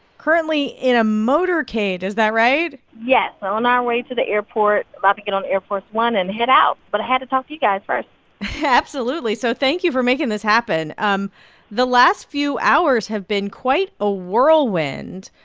currently in a motorcade. is that right? yes on our way to the airport, about to get on air force one and head out. but i had to talk to you guys first absolutely, so thank you for making this happen. um the last few hours have been quite a whirlwind.